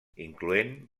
incloent